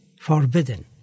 forbidden